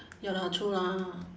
ya lah true lah